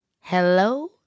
Hello